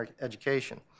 Education